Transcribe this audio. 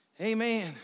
amen